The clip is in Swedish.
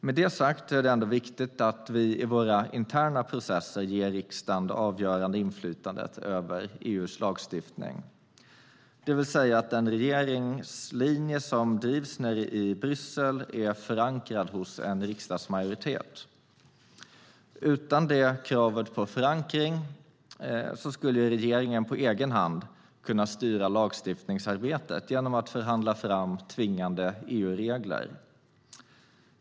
Med det sagt är det ändå viktigt att vi i våra interna processer ger riksdagen det avgörande inflytandet över EU:s lagstiftning, det vill säga att den regeringslinje som drivs i Bryssel är förankrad hos en riksdagsmajoritet. Utan detta krav på förankring skulle regeringen på egen hand kunna styra lagstiftningsarbetet genom att förhandla fram tvingande EU-regler.